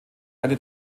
eine